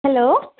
hello